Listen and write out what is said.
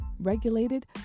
regulated